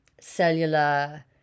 cellular